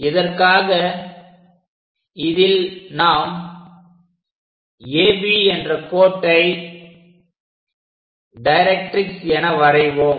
இதற்காக இதில் நாம் AB என்ற கோட்டை டைரக்ட்ரிக்ஸ் என வரைவோம்